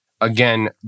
again